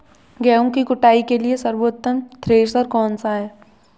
गेहूँ की कुटाई के लिए सर्वोत्तम थ्रेसर कौनसा है?